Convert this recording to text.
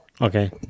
Okay